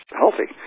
healthy